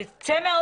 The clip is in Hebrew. היא תצא מהעולם,